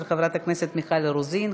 של חברת הכנסת מיכל רוזין,